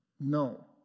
No